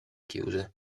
chiuse